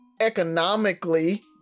economically